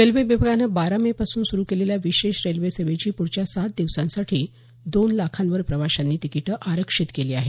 railway विभागानं बारा May पासून सुरू केलेल्या विशेष रेल्वे सेवेची प्पढच्या सात दिवसांसाठी दोन लाखावर प्रवाशांनी तिकिटं आरक्षित केली आहेत